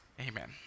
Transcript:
amen